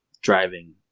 driving